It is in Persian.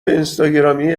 اینستاگرامی